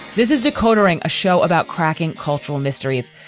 this is a catering, a show about cracking cultural mysteries.